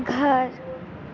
घर